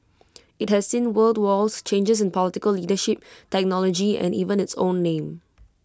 IT has seen world wars changes in political leadership technology and even its own name